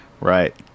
Right